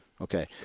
Okay